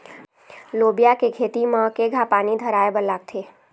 लोबिया के खेती म केघा पानी धराएबर लागथे?